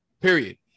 period